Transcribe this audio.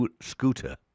Scooter